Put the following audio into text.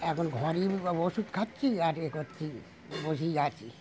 এখন ঘরেই ওষুধ খাচ্ছি আর এ করছি বসেই আছি